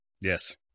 Yes